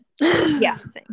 Yes